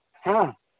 ꯍꯥ